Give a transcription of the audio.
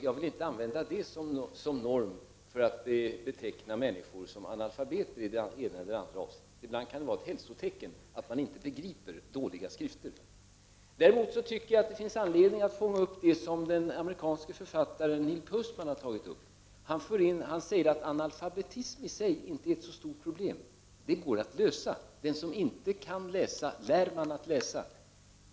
Jag vill inte använda det som norm för att beteckna människor som analfabeter i det ena eller andra avseendet. Ibland kan det vara ett hälsotecken att man inte begriper dåliga skrifter. Däremot finns det anledning att fånga upp det som den amerikanske författaren Nick Hussman har sagt, nämligen att analfabetism i sig inte är ett så stort problem utan att det går att lösa: den som inte kan läsa lär man att läsa.